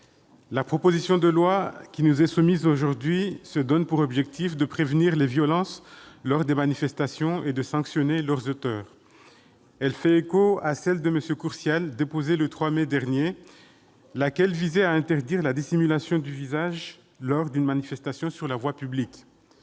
la proposition de loi soumise à notre examen a pour objectif de prévenir les violences lors des manifestations et de sanctionner leurs auteurs. Elle fait écho à celle de M. Courtial, déposée le 3 mai dernier, qui vise à interdire la dissimulation du visage lors d'une manifestation sur la voie publique.